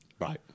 Right